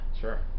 Sure